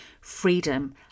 freedom